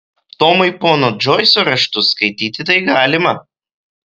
tomui pono džoiso raštus skaityti tai galima